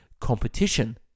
Competition